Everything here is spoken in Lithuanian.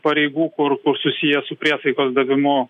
pareigų kur kur susiję su priesaikos davimu